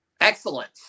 excellence